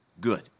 good